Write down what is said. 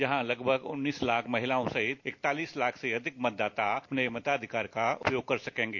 जहां लगभग उन्नीस लाख महिलाओं सहित इकतालीस लाख से अधिक मतदाता अपने मताधिकार का उपयोग कर सकेंगे